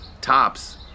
tops